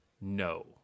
No